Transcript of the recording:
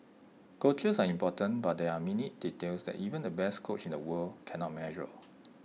coaches are important but there are minute details that even the best coach in the world cannot measure